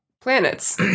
Planets